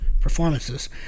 performances